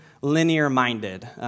linear-minded